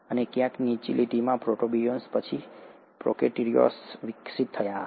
અને ક્યાંક નીચે લીટીમાં પ્રોટોબિયોન્ટ્સ પછી પ્રોકેરીયોટ્સમાં વિકસિત થયા હશે